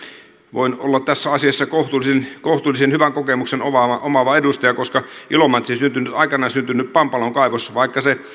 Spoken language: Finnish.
voin olla tässä asiassa kohtuullisen kohtuullisen hyvän kokemuksen omaava omaava edustaja koska ilomantsiin aikaan syntynyt pampalon kaivos vaikka se